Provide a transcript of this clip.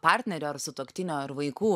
partnerio ar sutuoktinio ar vaikų